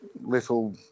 little